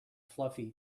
fluffy